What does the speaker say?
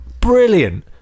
brilliant